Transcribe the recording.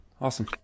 awesome